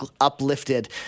uplifted